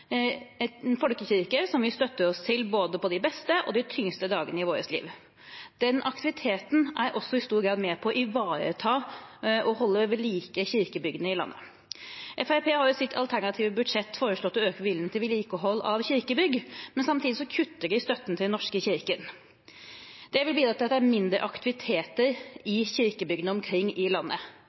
folkekirke som vi støtter oss til på både de beste og de tyngste dagene i vårt liv. Den aktiviteten er også i stor grad med på å ivareta og holde ved like kirkebyggene i landet. Fremskrittspartiet har i sitt alternative budsjett foreslått å øke bevilgningen til vedlikehold av kirkebygg, men samtidig kutter de i støtten til Den norske kirke. Det vil bidra til at det blir mindre aktivitet i kirkebyggene omkring i landet.